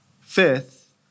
Fifth